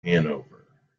hanover